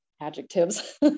adjectives